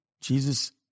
Jesus